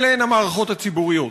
אלה המערכות הציבוריות.